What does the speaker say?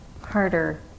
harder